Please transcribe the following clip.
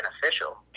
beneficial